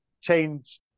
change